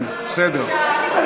כן, בסדר.